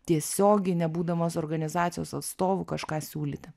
tiesiogiai nebūdamas organizacijos atstovu kažką siūlyti